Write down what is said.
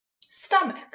stomach